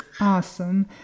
awesome